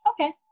Okay